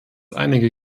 einige